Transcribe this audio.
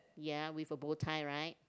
ya with a bow tie right